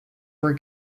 were